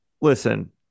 Listen